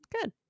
Good